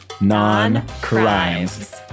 non-crimes